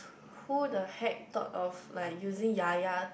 who the heck thought of like using Ya Ya